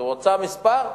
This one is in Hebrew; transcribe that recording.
את רוצה מספר?